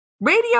radio